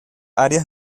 áreas